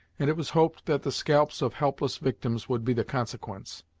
and it was hoped that the scalps of helpless victims would be the consequence.